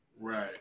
Right